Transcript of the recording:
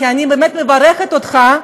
כי אני באמת מברכת אותך,